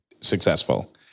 successful